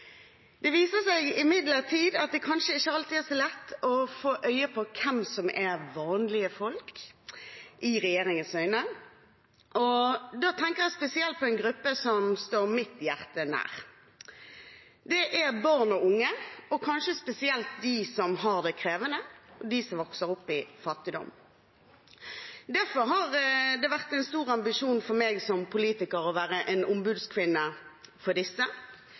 Det viser seg imidlertid at det kanskje ikke alltid er så lett å få øye på hvem som – i regjeringens øyne – er vanlige folk. Da tenker jeg spesielt på en gruppe som står mitt hjerte nær, barn og unge, kanskje spesielt dem som har det krevende, og dem som vokser opp i fattigdom. Derfor har det vært en stor ambisjon for meg som politiker å være en ombudskvinne for disse: